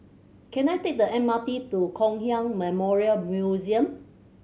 can I take the M R T to Kong Hiap Memorial Museum